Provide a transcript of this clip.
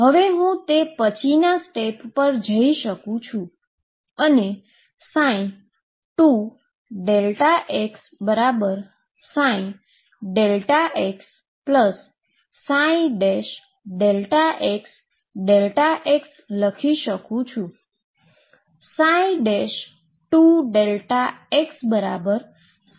હવે હું તે પછીના સ્ટેપ પર જઈ શકું છું અને 2ΔxψΔxΔxΔx લખી શકું છું